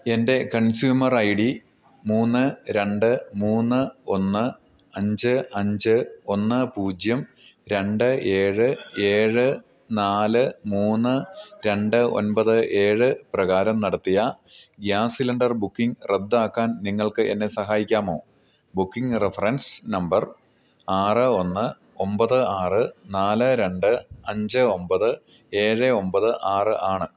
എൻ്റെ consumer I D മൂന്ന് രണ്ട് മൂന്ന് ഒന്ന് അഞ്ച് അഞ്ച് ഒന്ന് പൂജ്യം രണ്ട് ഏഴ് ഏഴ് നാല് മൂന്ന് രണ്ട് ഒൻപത് ഏഴ് പ്രകാരം നടത്തിയ ഗ്യാസ് സിലിണ്ടർ ബുക്കിംഗ് റദ്ദാക്കാൻ നിങ്ങൾക്കെന്നെ സഹായിക്കാമോ ബുക്കിംഗ് റഫറൻസ് നമ്പർ ആറ് ഒന്ന് ഒമ്പത് ആറ് നാല് രണ്ട് അഞ്ച് ഒമ്പത് ഏഴ് ഒമ്പത് ആറാണ്